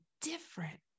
different